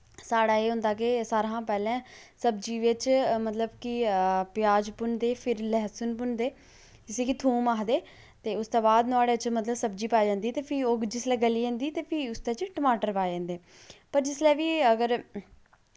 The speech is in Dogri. साढ़ै एह् होंदां के सारै शा पैह्लैं सब्जी बिच मतलब कि प्याज भुनदे फिर लहसुन भुनदे जिसी की थूम आखदे ते उसदे बाद नुआढ़ै च मतलब सब्जी पाई जंदी ते फ्ही ओह् जिसलै गली जंदी ते फ्ही उसतै च टमाटर पाए जंदे पर जिसलै बी अगर